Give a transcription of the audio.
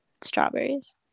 strawberries